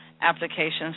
applications